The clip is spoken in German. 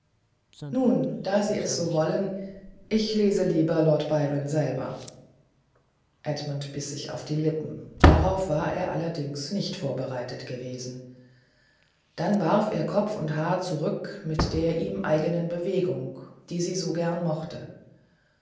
nun da sie es so wollen ich lese lieber lord byron selber edmund biß sich auf die lippen darauf war er allerdings nicht vorbereitet gewesen dann warf er kopf und haar zurück mit der ihm eigenen bewegung die sie so gern mochte